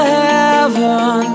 heaven